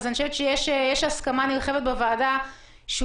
אני חושבת שיש הסכמה נרחבת בוועדה שהוא